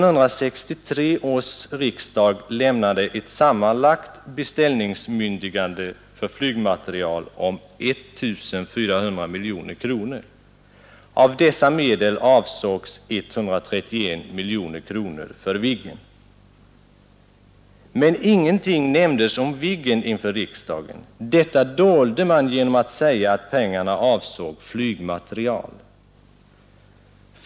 Riksdagen lämnade 1963 ett sammanlagt beställningsbemyndigande för flygmateriel på 1 400 miljoner kronor. Av dessa medel avsågs 131 125 miljoner kronor för Viggen. Men ingenting nämndes om Viggen inför riksdagen. Detta dolde man genom att säga att pengarna avsåg flygmateriel.